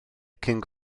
cyn